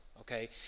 Okay